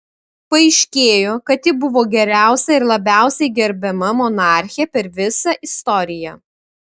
paaiškėjo kad ji buvo geriausia ir labiausiai gerbiama monarchė per visą istoriją